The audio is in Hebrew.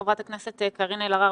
חברת הכנסת קארין אלהרר,